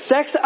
Sex